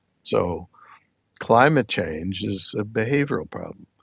so climate change is a behavioural problem.